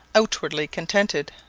outwardly contented.